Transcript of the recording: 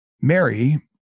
Mary